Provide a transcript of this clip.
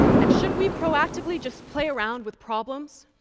and should we proactively just play around with problems?